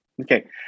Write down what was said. okay